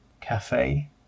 cafe